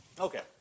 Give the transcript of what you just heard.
Okay